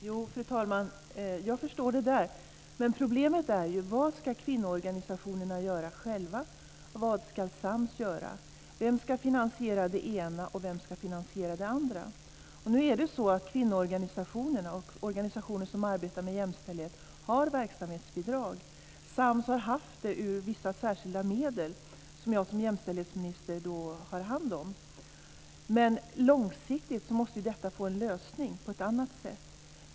Fru talman! Jag förstår det här. Men problemet handlar ju om vad kvinnoorganisationerna själva ska göra och vad Sams ska göra. Vem ska finansiera det ena, och vem ska finansiera det andra? Kvinnoorganisationerna och organisationer som arbetar med jämställdhet har verksamhetsbidrag. Sams har haft det från vissa särskilda medel som jag som jämställdhetsminister har hand om. Men långsiktigt måste detta få en lösning på ett annat sätt.